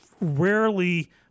rarely